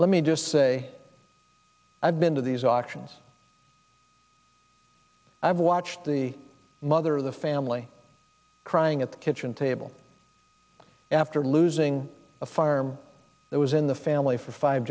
let me just say i've been to these auctions i've watched the mother of the family crying at the kitchen table after losing a farm that was in the family for five